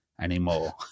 anymore